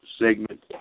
segment